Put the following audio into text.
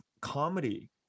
comedy